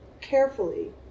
carefully